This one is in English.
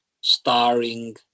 starring